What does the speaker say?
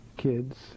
kids